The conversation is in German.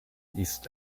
ist